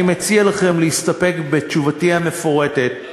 אני מציע לכם להסתפק בתשובתי המפורטת,